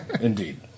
indeed